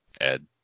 Ed